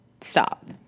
stop